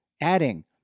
adding